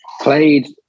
played